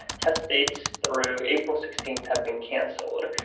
test dates through april sixteenth had been canceled.